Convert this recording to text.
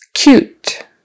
Cute